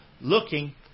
looking